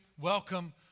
Welcome